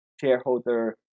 shareholder